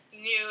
new